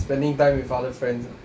spending time with other friends ah